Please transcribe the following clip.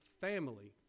family